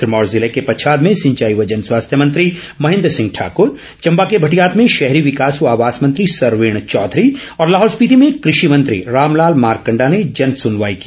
सिरमौर जिले के पच्छाद में सिंचाई व जनस्वास्थ्य मंत्री महेंन्द्र सिंह ठाकूर चंबा के भटियात में शहरी विकास व आवास मंत्री सरवीण चौधरी और लाहौल स्पिति में कृषि मंत्री रामलाल मारकंडा ने जन सुनवाई की